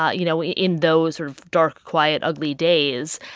ah you know, in those sort of dark, quiet, ugly days.